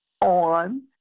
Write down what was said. on